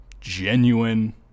genuine